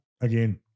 again